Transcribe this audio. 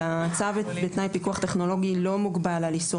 צו בתנאי פיקוח טכנולוגי לא מוגבל על איסור